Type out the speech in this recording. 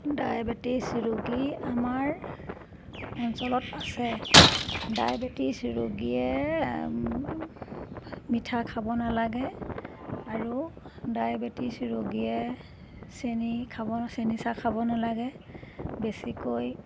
diabetes ৰোগী আমাৰ অঞ্চলত আছে ডায়েবেটিছ ৰোগীয়ে মিঠা খাব নালাগে আৰু ডায়বেটিছ ৰোগীয়ে চেনি খাব চেনি চাহ খাব নালাগে বেছিকৈ